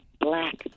black